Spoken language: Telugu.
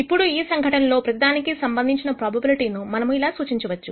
ఇప్పుడు ఈ సంఘటనలో ప్రతి దానికి సంబంధించి ప్రొబబిలిటి ను మనము ఇలా సూచించవచ్చు